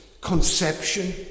conception